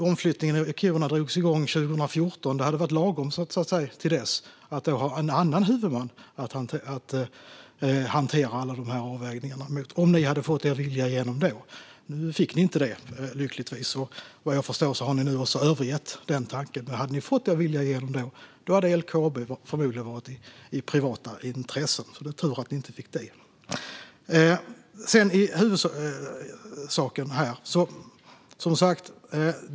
Omflyttningen av Kiruna drogs igång 2014, så det hade så att säga varit lagom att till dess ha en annan huvudman som hanterade alla de här avvägningarna. Nu fick ni lyckligtvis inte er vilja igenom, Lars Beckman, och vad jag förstår har ni nu också övergett den tanken. Men hade ni fått er vilja igenom då hade LKAB varit i händerna på privata intressen, så det är tur att ni inte fick det. Jag går över till huvudsaken här.